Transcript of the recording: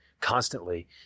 constantly